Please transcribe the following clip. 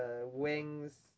wings